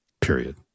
Period